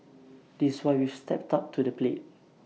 this why we've stepped up to the plate